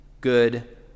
good